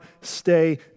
stay